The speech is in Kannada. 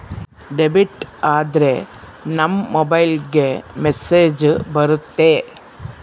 ಡೆಬಿಟ್ ಆದ್ರೆ ನಮ್ ಮೊಬೈಲ್ಗೆ ಮೆಸ್ಸೇಜ್ ಬರುತ್ತೆ